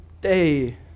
day